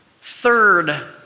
Third